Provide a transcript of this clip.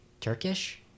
Turkish